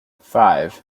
five